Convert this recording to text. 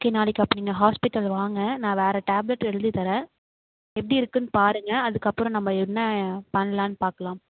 okay நாளைக்கு அப்படினா hospital வாங்க நான் வேறு டேப்லெட் எழுதி தரேன் எப்படி இருக்குன்னு பாருங்க அதுக்கப்புறம் நம்ம என்ன பண்ணலானு பார்க்கலாம்